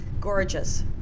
Gorgeous